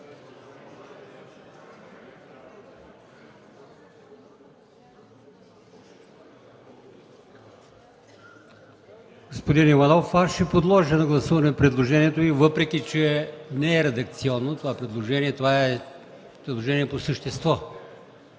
аз ще подложа на гласуване предложението Ви, въпреки че не е редакционно това предложение. Това е предложение по същество.